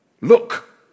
Look